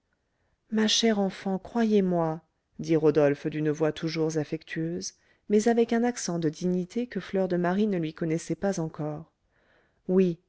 ma chère enfant croyez-moi dit rodolphe d'une voix toujours affectueuse mais avec un accent de dignité que fleur de marie ne lui connaissait pas encore oui